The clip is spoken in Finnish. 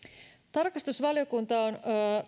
tarkastusvaliokunta on